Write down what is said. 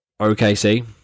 OKC